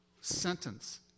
sentence